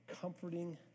comforting